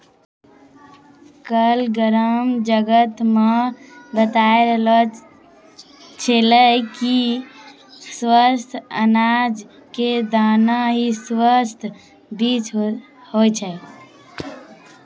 काल ग्राम जगत मॅ बताय रहलो छेलै कि स्वस्थ अनाज के दाना हीं स्वस्थ बीज होय छै